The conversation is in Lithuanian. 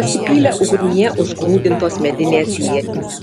pasipylė ugnyje užgrūdintos medinės ietys